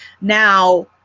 now